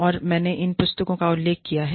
और मैंने इन पुस्तकों का उल्लेख किया है